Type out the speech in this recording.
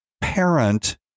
parent